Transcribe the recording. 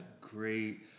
great